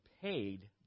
paid